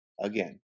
again